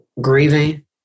grieving